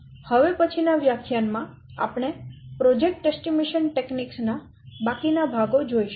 હવે પછીના વ્યાખ્યાન માં આપણે પ્રોજેક્ટ અંદાજ તકનીક ના બાકીના ભાગો જોઈશું